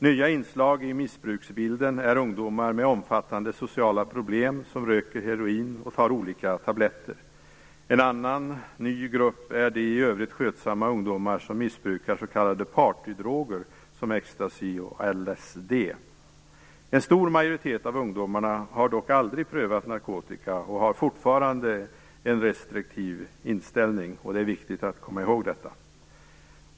Nya inslag i missbruksbilden är ungdomar med omfattande sociala problem som röker heroin och tar olika tabletter. En annan ny grupp är de i övrigt skötsamma ungdomar som missbrukar s.k. partydroger som ecstasy och LSD. En stor majoritet av ungdomarna har dock aldrig prövat narkotika och har fortfarande en restriktiv inställning till narkotika, och det är viktigt att komma ihåg detta.